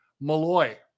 Malloy